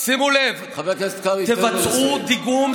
התוכניות שלך לא, חבר הכנסת קרעי, תן לו לסיים.